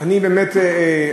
על דבר כזה,